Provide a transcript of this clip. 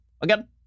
again